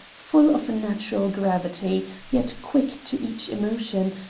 full of a natural gravity, yet quick to each emotion,